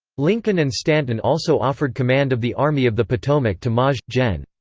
lincoln and stanton also offered command of the army of the potomac to maj. gen.